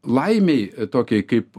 laimei tokiai kaip